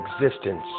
existence